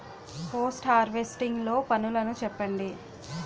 Post harvesting లో పనులను చెప్పండి?